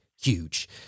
huge